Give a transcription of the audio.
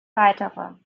weitere